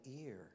ear